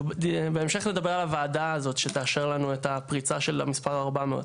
בהמשך נדבר על הוועדה הזאת שתאשר לנו את הפריצה של המספר 400,